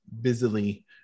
busily